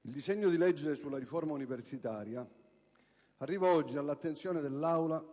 il disegno di legge sulla riforma universitaria arriva oggi all'attenzione dell'Assemblea